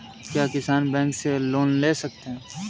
क्या किसान बैंक से लोन ले सकते हैं?